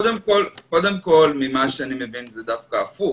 קודם כול, ממה שאני מבין, זה דווקא הפוך.